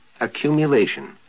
accumulation